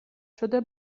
شده